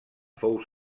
fou